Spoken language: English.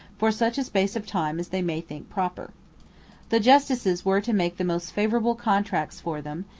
for such a space of time as they may think proper the justices were to make the most favourable contracts for them,